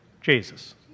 Jesus